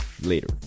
later